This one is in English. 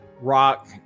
Rock